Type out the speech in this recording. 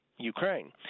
Ukraine